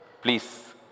Please